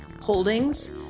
holdings